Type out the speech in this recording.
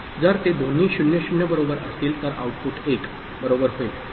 जर ते दोन्ही 0 0 बरोबर असतील तर आऊटपुट 1 बरोबर होईल